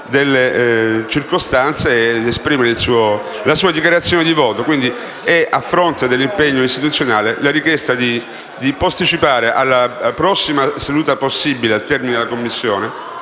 delle circostanze e per esprimere la sua dichiarazione di voto. A fronte dell'impegno istituzionale, la richiesta è di posticipare alla prossima seduta possibile, al termine della missione